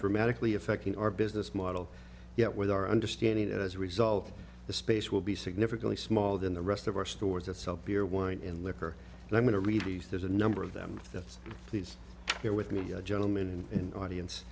dramatically affecting our business model yet with our understanding that as a result the space will be significantly smaller than the rest of our stores that sell beer wine and liquor and i'm going to release there's a number of them that's these here with me a gentleman in audience